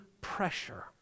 pressure